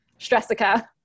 stressica